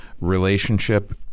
relationship